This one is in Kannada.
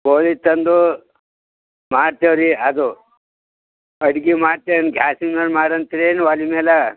ಕೋಳಿ ತಂದು ಮಾಡ್ತೇವೆರಿ ಅದು ಅಡ್ಗೆ ಮಾಡ್ತೇವೆ ಗ್ಯಾಸಿನ ಮ್ಯಾಲೆ ಮಾಡಂತರೇನು ಒಲೆ ಮ್ಯಾಲೆ